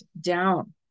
down